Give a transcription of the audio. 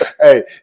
Hey